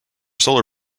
solar